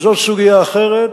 זאת סוגיה אחרת,